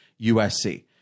USC